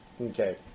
Okay